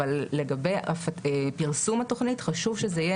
אבל לגבי פרסום התוכנית חשוב שזה יהיה